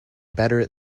better